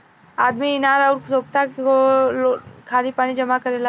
आदमी इनार अउर सोख्ता खोन के पानी जमा करेला